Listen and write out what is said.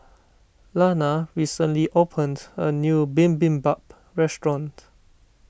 Lana recently opened a new Bibimbap restaurant